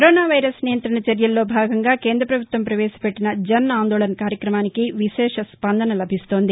corona virus నియంత్రణ చర్యల్లో భాగంగా కేంద్రపభుత్వం పవేశపెట్టిన జన్ ఆందోళన్ కార్యక్రమానికి విశేష స్పందన లభిస్తోంది